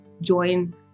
join